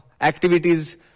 activities